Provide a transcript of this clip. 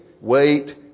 wait